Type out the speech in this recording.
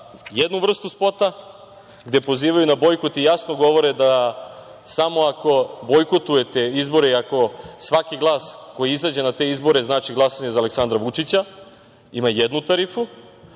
jednu vrstu spota, gde pozivaju na bojkot i jasno govore da samo ako bojkotujete izbore i ako svaki glas koji izađe na te izbore znači glasanje za Aleksandra Vučića, ima jednu tarifu,